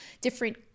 different